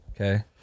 okay